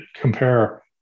compare